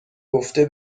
دارمگفته